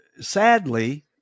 sadly